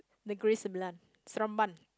Negeri Sembilan Seremban